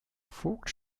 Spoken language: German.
vogt